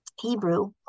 Hebrew